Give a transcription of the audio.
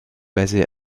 basée